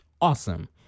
awesome